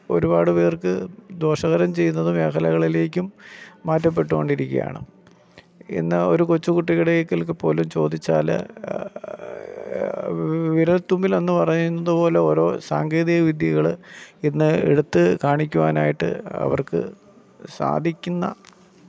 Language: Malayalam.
ഒരുപാട് പേര്ക്ക് ദോഷകരം ചെയ്യുന്നത് മേഖലകളിലേക്കും മാറ്റപ്പെട്ടുകൊണ്ടിരിക്കുകയാണ് ഇന്ന് ഒരു കൊച്ചു കുട്ടികൾക്കിടയിലൊക്കെ പോലും ചോദിച്ചാല് വിരല്ത്തുമ്പിലെന്ന് പറയുന്നത് പോലെ ഓരോ സാങ്കേതികവിദ്യകള് ഇന്ന് എടുത്ത് കാണിക്കുവാനായിട്ട് അവര്ക്ക് സാധിക്കുന്ന